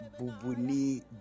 Bubuni